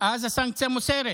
אז הסנקציה מוסרת,